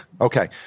okay